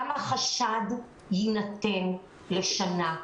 החשד יינתן לשנה.